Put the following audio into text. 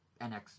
NX